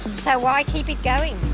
so why keep it going?